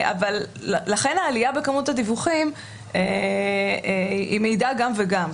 לכן העלייה בכמות הדיווחים היא מידע גם וגם.